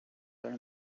there